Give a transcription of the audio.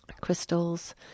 crystals